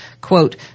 quote